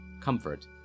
comfort